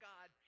God